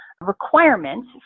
Requirements